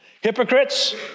Hypocrites